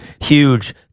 huge